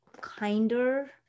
kinder